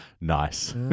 Nice